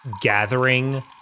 gathering